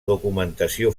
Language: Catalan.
documentació